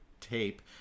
tape